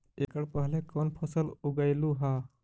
एकड़ पहले कौन फसल उगएलू हा?